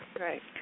Right